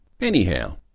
Anyhow